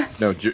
No